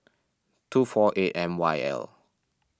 two four eight M Y L